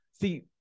see